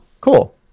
cool